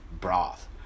broth